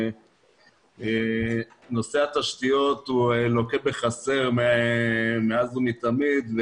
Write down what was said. נושא התשתיות לוקה בחסר מאז ומתמיד.